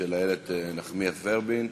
של איילת נחמיאס ורבין,